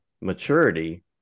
maturity